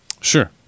Sure